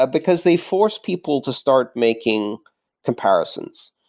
ah because they force people to start making comparisons.